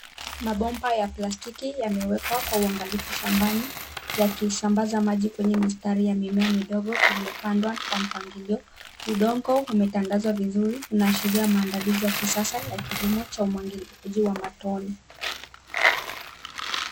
Mabomba ya plastiki yamewekwa kwa uangalifu shambani yakisambaza maji kwenye mistari ya mimea midogo iliyopandwa kwa mpangilio. Udongo umetandazwa vizuri unaashiria maandalizi ya kisasa ya kilimo cha umwagiliaji wa matone.